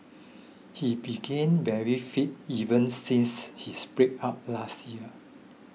he begin very fit even since his breakup last year